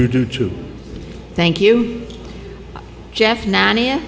you do too thank you jeff nanny